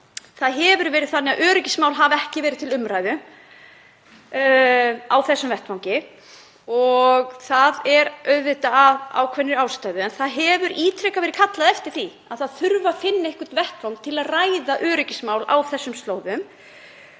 það hefur verið þannig að öryggismál hafa ekki verið til umræðu á þessum vettvangi og það er auðvitað af ákveðinni ástæðu. En það hefur ítrekað verið kallað eftir því að finna þurfi einhvern vettvang til að ræða öryggismál á þessum slóðum.